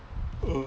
ugh